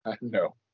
No